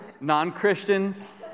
non-Christians